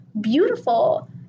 beautiful